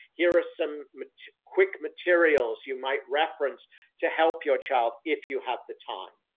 here are some quick materials you might reference to help your child if you have the time.